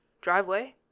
driveway